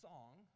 song